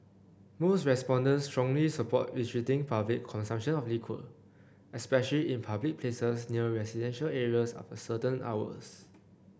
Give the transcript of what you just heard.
most respondents strongly support restricting public consumption of liquor especially in public places near residential areas after certain hours